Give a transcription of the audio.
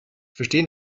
verstehen